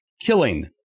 killing